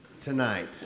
tonight